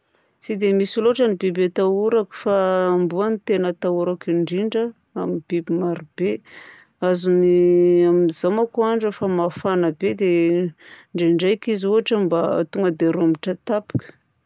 Tsy dia misy loatra ny biby atahorako fa amboa no tena atahorako indrindra amin'ny biby marobe azony izaho manko a rehefa mafana be dia ndraindraika izy ohatra mba tonga dia rombotra tampoka.